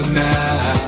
now